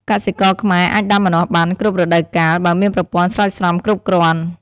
កសិករខ្មែរអាចដាំម្នាស់បាន គ្រប់រដូវកាល បើមានប្រព័ន្ធស្រោចស្រពគ្រប់គ្រាន់។